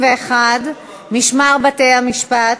81) (משמר בתי-המשפט),